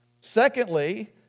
Secondly